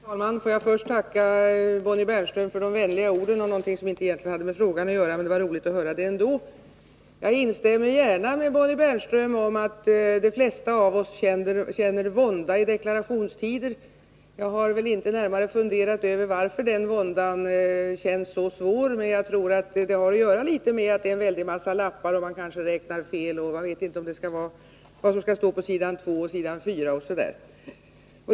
Herr talman! Får jag först tacka Bonnie Bernström för de vänliga orden om någonting som egentligen inte har med frågan att göra — det var ändå roligt att höra det. Jag instämmer gärna med Bonnie Bernström i att de flesta av oss känner vånda i deklarationstider. Jag har väl inte närmare funderat över varför den våndan känns så svår. Men jag tror att det har att göra med att det är en väldig massa lappar, att man är rädd för att räkna fel och att man inte vet vad som skall stå på s. 2 och 4, osv.